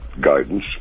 guidance